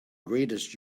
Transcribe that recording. greatest